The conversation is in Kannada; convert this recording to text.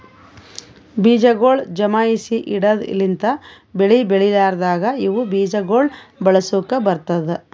ಬೀಜಗೊಳ್ ಜಮಾಯಿಸಿ ಇಡದ್ ಲಿಂತ್ ಬೆಳಿ ಬೆಳಿಲಾರ್ದಾಗ ಇವು ಬೀಜ ಗೊಳ್ ಬಳಸುಕ್ ಬರ್ತ್ತುದ